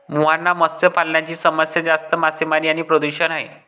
मुहाना मत्स्य पालनाची समस्या जास्त मासेमारी आणि प्रदूषण आहे